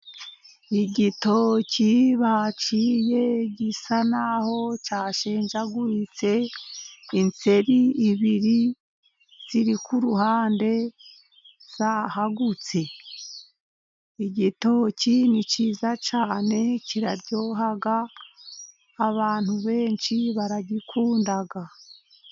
Igito ki baciye gisa n'aho cyashenjaguritse, inseri ebyiri ziri ku ruhande zahagutse. Igitoki ni cyiza cyane kiraryoha, abantu benshi baragikunda.